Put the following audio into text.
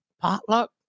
potluck